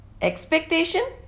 Expectation